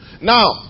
Now